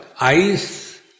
eyes